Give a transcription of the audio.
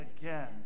again